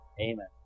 Amen